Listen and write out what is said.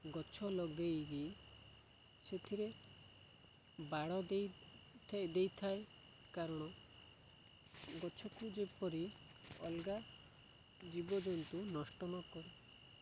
ଗଛ ଲଗେଇକି ସେଥିରେ ବାଡ଼ ଦେଇ ଦେଇଥାଏ କାରଣ ଗଛକୁ ଯେପରି ଅଲଗା ଜୀବଜନ୍ତୁ ନଷ୍ଟ ନକରି